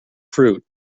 fruit